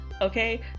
okay